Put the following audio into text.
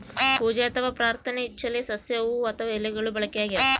ಪೂಜೆ ಅಥವಾ ಪ್ರಾರ್ಥನೆ ಇಚ್ಚೆಲೆ ಸಸ್ಯ ಹೂವು ಅಥವಾ ಎಲೆಗಳು ಬಳಕೆಯಾಗಿವೆ